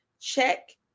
check